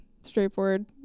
straightforward